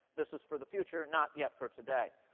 this is for the future, not yet for today.